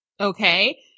Okay